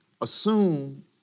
Assume